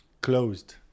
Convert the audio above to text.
closed